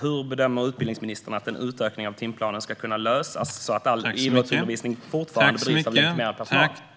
Hur bedömer utbildningsministern att en utökning av timplanen ska kunna lösas så att all idrottsundervisning fortfarande bedrivs av legitimerad personal?